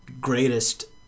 greatest